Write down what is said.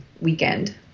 weekend